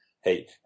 hey